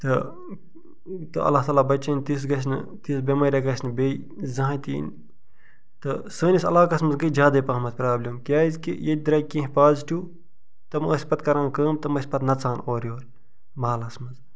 تہٕ اللہ تعالٰی بچٲیِنۍ تِژھ گژھِ نہٕ تِژھ بٮ۪مٲریا گژھِ نہٕ بیٚیہِ زاہٕنۍ تہِ یِنۍ تہٕ سٲنِس علاقس منٛز گٔے زیادٕے پہمتھ پرابلِم کیازِ کہِ ییٚتہِ درٛایہِ کینہہ پازِٹیوٗ تِم ٲسۍ پتہٕ کران کٲم تِم ٲسۍ پتہٕ نژان اورٕ یورٕ مہلس منٛز